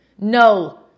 No